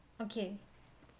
okay